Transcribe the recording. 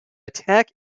attack